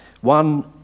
One